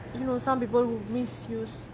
you know some people who misuse